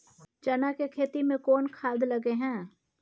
चना के खेती में कोन खाद लगे हैं?